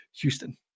Houston